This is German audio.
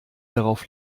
darauf